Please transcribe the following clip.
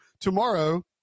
tomorrow